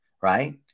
right